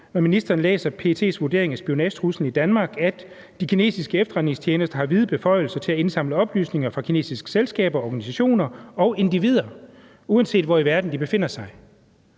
når ministeren læser PET's vurdering af spionagetruslen i Danmark, og at de kinesiske efterretningstjenester har vide beføjelser til at indsamle oplysninger fra kinesiske selskaber, organisationer og individer, uanset hvor i verden de befinder sig.